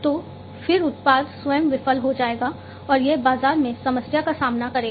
तो फिर उत्पाद स्वयं विफल हो जाएगा और यह बाजार में समस्या का सामना करेगा